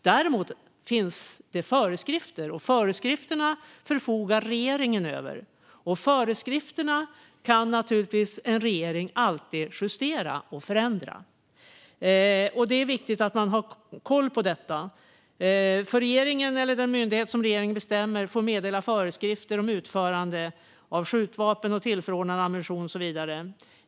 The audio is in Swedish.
Däremot finns det föreskrifter, och dessa föreskrifter förfogar regeringen över och kan naturligtvis alltid justera och förändra. Det är viktigt att man har koll på detta. Regeringen eller den myndighet som regeringen utser får meddela föreskrifter om utförsel av skjutvapen, tillförordnad ammunition och så vidare.